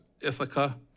Ithaca